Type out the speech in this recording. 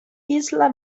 isla